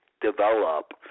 Develop